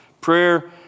Prayer